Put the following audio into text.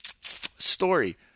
Story